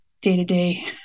day-to-day